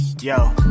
Yo